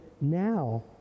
now